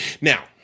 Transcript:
Now